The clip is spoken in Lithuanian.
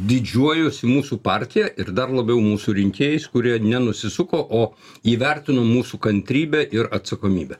didžiuojuosi mūsų partija ir dar labiau mūsų rinkėjais kurie nenusisuko o įvertino mūsų kantrybę ir atsakomybę